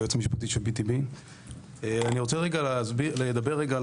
היועץ המשפטי של BTB. אני רוצה רגע לדבר על